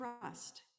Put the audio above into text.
trust